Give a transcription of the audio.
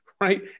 right